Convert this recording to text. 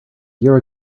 year